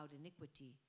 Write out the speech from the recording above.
iniquity